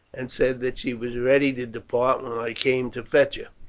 and said that she was ready to depart when i came to fetch her.